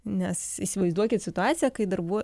nes įsivaizduokit situaciją kai darbų